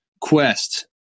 quest